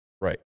Right